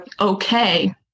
okay